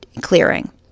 clearing